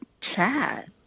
chat